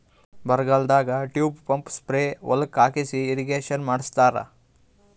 ಬರಗಾಲದಾಗ tube pump spray ಹೊಲಕ್ಕ್ ಹಾಕಿಸಿ ಇರ್ರೀಗೇಷನ್ ಮಾಡ್ಸತ್ತರ